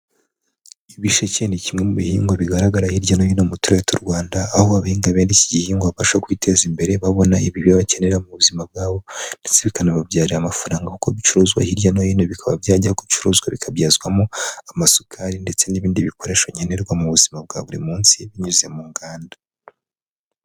Ibisheke ni kimwe mu bihingwa bigaragara hirya no hino mu turere tw'u Rwanda, aho abahinga bene iki gihingwa bashobora kwiteza imbere babona ibyo bakenera mu buzima bwabo ndetse bikanababyarira amafaranga kuko bicuruzwa hirya no hino, bikaba byajya gucuruzwa bikabyazwamo amasukari ndetse n'ibindi bikoresho nkenerwa mu buzima bwa buri munsi binyuze mu nganda.